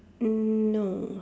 mm no